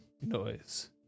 noise